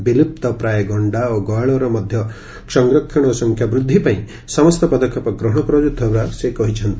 ବିଲୁପ୍ତ ପ୍ରାୟ ଗଣ୍ଡା ଓ ଗୟଳର ମଧ ସଂରକ୍ଷଣ ଓ ସଂଖ୍ୟା ବୃଦ୍ଧିପାଇଁ ସମସ୍ତ ପଦକ୍ଷେପ ଗ୍ରହଶ କରାଯାଉଥିବାର ସେ କହିଛନ୍ତି